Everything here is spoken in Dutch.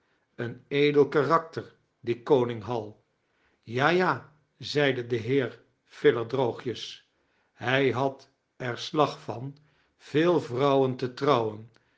ben edel karakter die koning hal ja ja zei de lieer filer droogjes hij had er slag van veel vroiuwen te trouwen